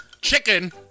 Chicken